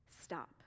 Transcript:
stop